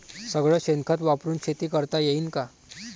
सगळं शेन खत वापरुन शेती करता येईन का?